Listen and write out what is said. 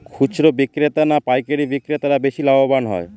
খুচরো বিক্রেতা না পাইকারী বিক্রেতারা বেশি লাভবান হয়?